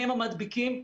הם המדביקים,